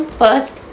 first